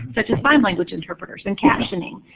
but just sign language interpreters and captioning.